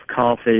coffee